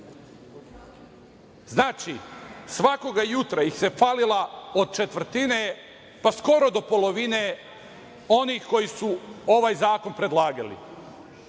svakoga jutra ih se falila od četvrte pa skoro do polovine onih koji su ovaj zakon predlagali.